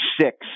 six